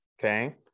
Okay